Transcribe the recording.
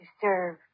serve